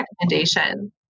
recommendation